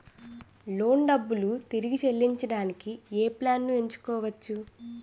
Loan డబ్బులు తిరిగి చెల్లించటానికి ఏ ప్లాన్ నేను ఎంచుకోవచ్చు?